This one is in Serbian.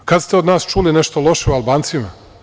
Kada ste od nas čuli nešto loše o Albancima?